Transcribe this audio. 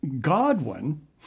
Godwin